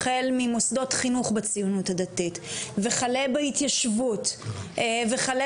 החל ממוסדות חינוך בציונות הדתית וכלה בהתיישבות וכלה